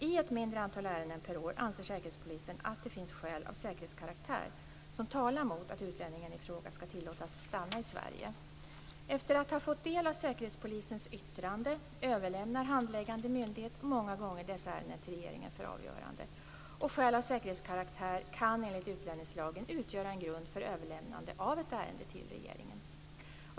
I ett mindre antal ärenden per år anser Säkerhetspolisen att det finns skäl av säkerhetskaraktär som talar mot att utlänningen i fråga ska tillåtas stanna i Sverige. Efter att ha fått del av Säkerhetspolisens yttrande överlämnar handläggande myndighet många gånger dessa ärenden till regeringen för avgörande. Skäl av säkerhetskaraktär kan enligt utlänningslagen utgöra en grund för överlämnande av ett ärende till regeringen.